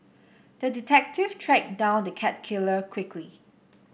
the detective tracked down the cat killer quickly